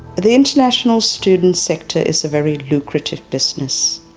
the international student sector is a very lucrative business.